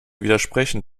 widersprechen